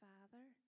Father